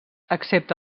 excepte